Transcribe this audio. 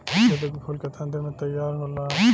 गेंदा के फूल केतना दिन में तइयार हो जाला?